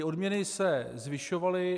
Odměny se zvyšovaly.